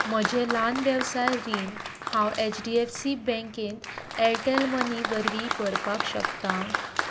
म्हजें ल्हान वेवसाय रीण हांव एचडीएफसी बँकेंत ऍरटॅल मनी वरवीं भरपाक शकता